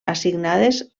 assignades